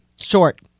Short